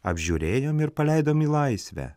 apžiūrėjom ir paleidom į laisvę